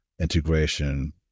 integration